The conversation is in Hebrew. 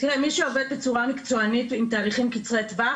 תראה מי שעובד בצורה מקצוענית עם תאריכים קצרי טווח.